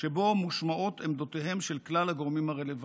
שבו מושמעות עמדותיהם של כלל הגורמים הרלוונטיים.